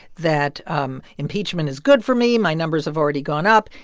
that um impeachment is good for me. my numbers have already gone up.